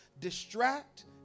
distract